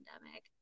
pandemic